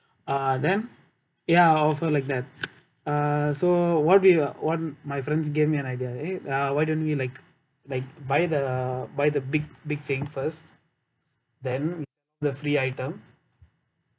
uh then ya offer like that uh so what did we uh one of my friends gave me an idea eh uh why don't we like like buy the buy the big big thing first then the free item